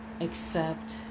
accept